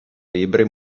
libri